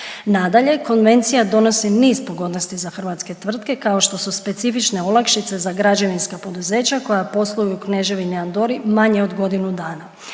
Nadalje, Konvencija donosi niz pogodnosti za hrvatske tvrtke kao što su specifične olakšice za građevinska poduzeća koja posluju u Kneževini Andori manje od godinu dana,